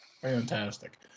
Fantastic